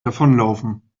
davonlaufen